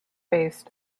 based